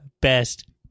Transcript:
best